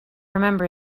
remember